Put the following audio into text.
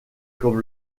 comme